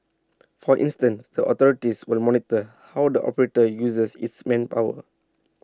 for instance the authorities will monitor how the operator uses its manpower